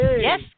Yes